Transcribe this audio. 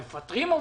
מפטרים עובדים,